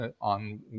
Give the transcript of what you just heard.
on